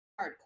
hardcore